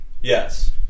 Yes